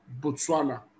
Botswana